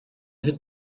het